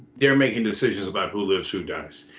they're making decisions about who lives who dies.